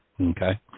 Okay